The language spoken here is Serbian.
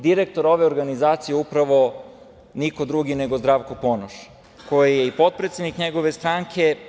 Direktor ove organizacije je upravo niko drugi nego Zdravko Ponoš koji je i potpredsednik njegove stranke.